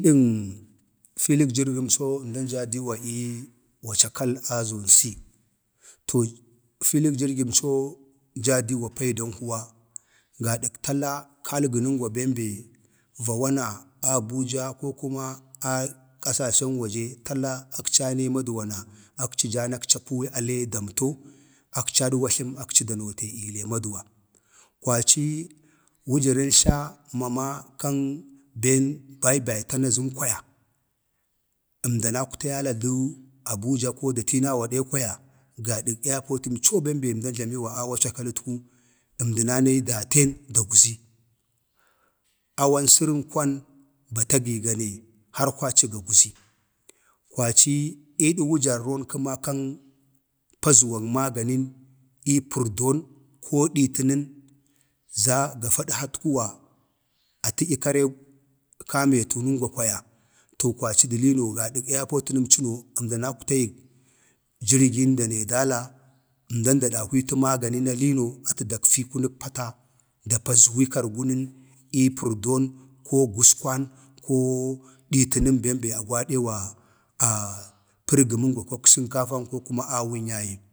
﻿filik jərgəm coo əmdan jaa diwa ii wacakal, a zon c, to filik jirgim coo jaa diwa paidan huwa gadak tala kalgənəngwa bee bee va wana a abuja, ko kuma a kasashen waje tala a akci anayii maduwa na, akci jaa na akci a puwii a lee damto, akci a dwatləm akci da noo te ii le ii maduwa. kwaci wujərəm tlaa mama kan ben baibaitan azəm kwaya əndan akwtalaya duu abuja ko də tiinau gada kwaya, airpotəmco bem be əmdan jlawiwa awaca kalətku, əmdan anayi daten dagwzi, awan sərən - kwan bata gi ga ne har kwaci gagwzi, kwaci ii də wujə raron kəma kan pazuwan maganin ii pərdon ko ditənən za gafa ədhat kuwa atədyə karek kameetənəngwa kwaya, to kwaci də liinoo kwaci airpotəmcəno əmdan akwtayik jirgin da needala əmdan da dahwii tu maganan aliinoo, əta dakfii kunək pata da pazuwa kargunənən ii pərdon ko guskwan koo diitənən bem bee agwadewa kəri bənəngwa kan awun ko kuma kak sənkafan yaye.